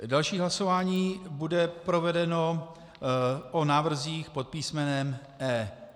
Další hlasování bude provedeno o návrzích pod písmenem E.